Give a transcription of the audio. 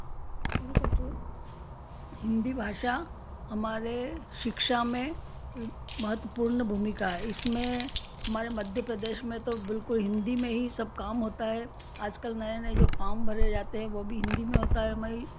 हिंदी भाषा हमारे शिक्षा में महत्वपूर्ण भूमिका है इसमें हमारे मध्यप्रदेश में तो बिलकुल हिंदी में ही सब काम होता है आज कल नए नए जो पॉम भरे जाते हैं वह भी हिंदी में होता है हमारी